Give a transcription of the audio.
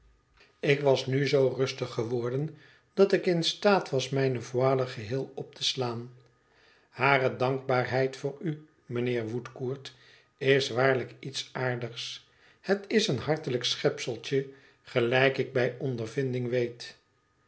ik was nu zoo rustig geworden dat ik in staat was mijne voile geheel op te slaan hare dankbaarheid voor u mijnheer woodcourt is waarlijk iets aardigs het is een hartelijk schepseltje gelijk ik bij ondervinding weet